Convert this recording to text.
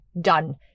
done